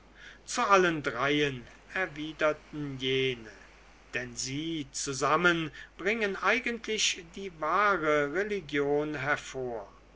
zu allen dreien erwiderten jene denn sie zusammen bringen eigentlich die wahre religion hervor